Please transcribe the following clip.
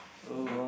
oh